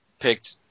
picked